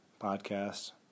podcast